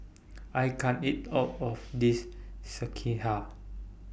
I can't eat All of This Sekihan